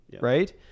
Right